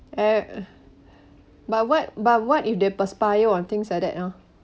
eh but what but what if they perspire or things like that ah